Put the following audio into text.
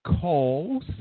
calls